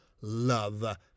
love